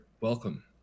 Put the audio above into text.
welcome